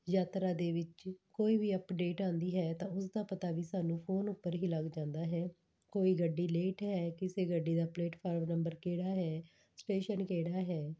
ਯਾਤਰਾ ਦੇ ਵਿੱਚ ਕੋਈ ਵੀ ਅਪਡੇਟ ਆਉਂਦੀ ਹੈ ਤਾਂ ਉਸ ਦਾ ਪਤਾ ਵੀ ਸਾਨੂੰ ਫੋਨ ਉੱਪਰ ਹੀ ਲੱਗ ਜਾਂਦਾ ਹੈ ਕੋਈ ਗੱਡੀ ਲੇਟ ਹੈ ਕਿਸੇ ਗੱਡੀ ਦਾ ਪਲੇਟਫਾਰਮ ਨੰਬਰ ਕਿਹੜਾ ਹੈ ਸਟੇਸ਼ਨ ਕਿਹੜਾ ਹੈ